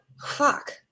Fuck